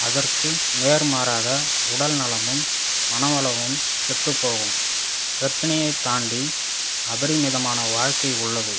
அதற்கு நேர்மாறாக உடல்நலமும் மன வளமும் கெட்டுப்போகும் பிரச்சினையே தாண்டி அபரி நிதமான வாழ்க்கை உள்ளது